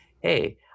Hey